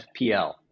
FPL